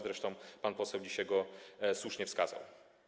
Zresztą pan poseł dzisiaj słusznie go wskazał.